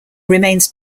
remains